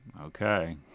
Okay